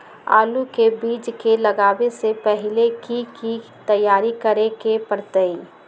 आलू के बीज के लगाबे से पहिले की की तैयारी करे के परतई?